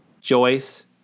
Joyce